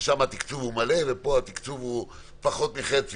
ששם התקצוב מלא ופה התקצוב פחות מחצי